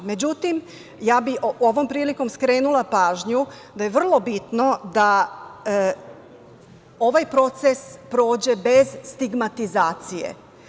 Međutim, ovom prilikom ja bih skrenula pažnju da je vrlo bitno da ovaj proces prođe bez stigmatizacije.